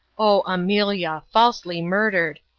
oh, amelia! falsely murdered!